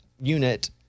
unit